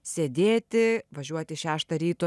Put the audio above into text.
sėdėti važiuoti šeštą ryto